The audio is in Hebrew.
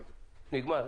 נגמר.